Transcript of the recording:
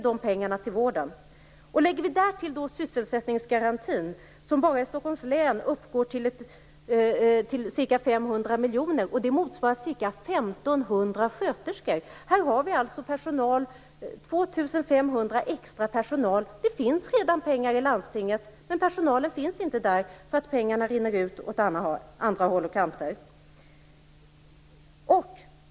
Därtill kan vi lägga sysselsättningsgarantin, som bara i Stockholms län uppgår till ca 500 miljoner kronor vilket motsvarar ca 1 500 sköterskor. Här har vi alltså redan pengar till 2 500 extra personal. Det finns redan pengar i landstingen, men personalen finns inte där därför att pengarna rinner ut åt andra håll och kanter.